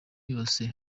yose